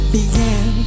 began